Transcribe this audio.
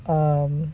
um